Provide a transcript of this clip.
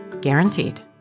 guaranteed